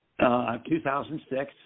2006